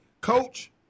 coach